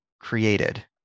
created